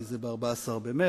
כי הוא חל ב-14 במרס,